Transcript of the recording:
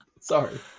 sorry